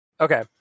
Okay